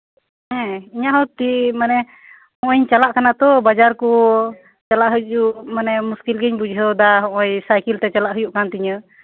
ᱦᱮᱸ ᱚᱱᱟᱛᱮ ᱢᱟᱱᱮ ᱱᱚᱜ ᱚᱭ ᱤᱧ ᱪᱟᱞᱟᱜ ᱠᱟᱱᱟ ᱛᱳ ᱵᱟᱡᱟᱨ ᱠᱚ ᱪᱟᱞᱟᱣ ᱦᱤᱡᱩᱜ ᱢᱟᱱᱮ ᱢᱩᱥᱠᱤᱞ ᱜᱤᱧ ᱵᱩᱡᱷᱟᱹᱣᱮᱫᱟ ᱟᱨ ᱥᱟᱭᱠᱮᱞ ᱛᱮ ᱪᱟᱞᱟᱜ ᱦᱩᱭᱩᱜ ᱠᱟᱱ ᱛᱤᱧᱟ